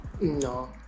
No